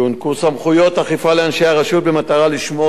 יוענקו סמכויות אכיפה לאנשי הרשות במטרה לשמור